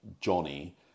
Johnny